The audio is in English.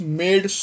made